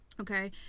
Okay